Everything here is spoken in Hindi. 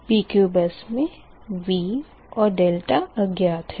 PQ बस में V और अज्ञात है